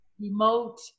remote